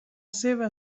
seva